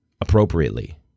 appropriately